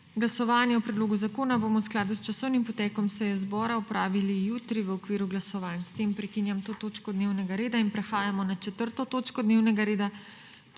Glasovanje o predlogu zakona bomo v skladu s časovnim potekom seje zbora opravili jutri v okviru glasovanj. S tem prekinjam to točko dnevnega reda. Prehajamo na **4. TOČKO DNEVNEGA REDA,